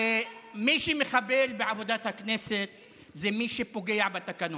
מי שמחבל בעבודת הכנסת זה מי שפוגע בתקנון.